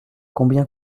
combien